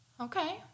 Okay